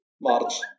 March